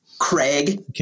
Craig